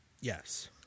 Yes